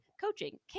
Coaching